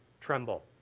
tremble